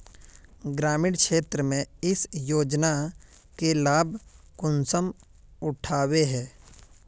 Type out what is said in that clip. ग्रामीण क्षेत्र में इस योजना के लाभ कुंसम उठावे है?